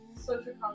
Social